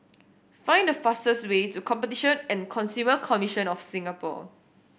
find the fastest way to Competition and Consumer Commission of Singapore